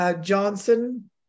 johnson